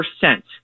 percent